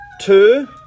two